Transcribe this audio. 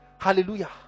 Hallelujah